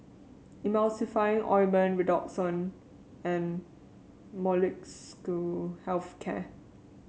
Emulsying Ointment Redoxon and Molnylcke Health Care